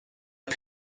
der